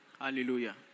Hallelujah